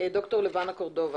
דוקטור לבנה קורדובה,